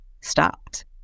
stopped